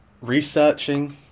researching